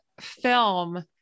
film